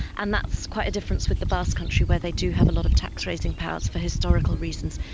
and that's quite a difference with the basque country where they do have a lot of tax-raising powers for historical reasons.